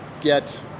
get